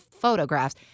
photographs